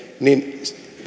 niin